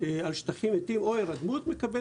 שטחים מתים או הירדמות מקבל זיכוי.